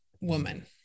woman